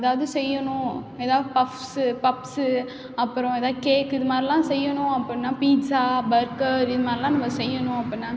ஏதாவது செய்யணும் ஏதாவுது பஃப்ஸு பப்ஸு அப்புறம் ஏதா கேக்கு இதுமாதிரிலாம் செய்யணும் அப்புடின்னா பீட்சா பர்கர் இது மாதிரிலாம் நம்ம செய்யணும் அப்புடின்னா